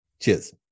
Cheers